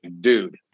dude